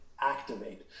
activate